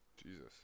Jesus